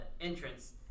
entrance